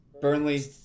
Burnley